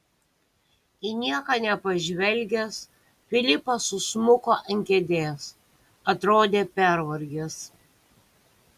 į nieką nepažvelgęs filipas susmuko ant kėdės atrodė pervargęs